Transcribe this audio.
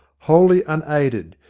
wholly unaided,